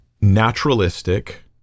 Naturalistic